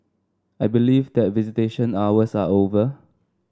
I believe that visitation hours are over